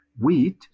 wheat